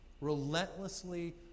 Relentlessly